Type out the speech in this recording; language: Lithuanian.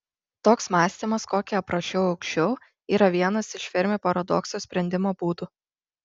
toks mąstymas kokį aprašiau aukščiau yra vienas iš fermi paradokso sprendimo būdų